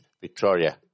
Victoria